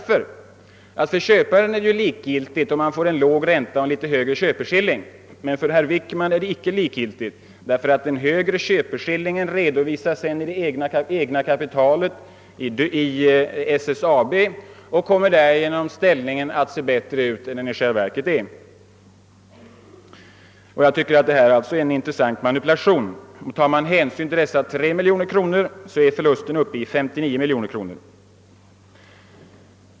För köparen är det likgiltigt om han får låg ränta och litet högre köpeskilling, men för herr Wickman är det inte likgiltigt, ty den högre köpeskillingen redovisas sedan i det egna kapitalet, i SSAB, och kommer därmed ställningen att se bättre ut än vad den i själva verket är. Det tycker jag är en intressant manipulation. Om jag tar hänsyn till dessa 3 miljoner, så är förlusten uppe i 09 miljoner kronor.